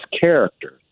character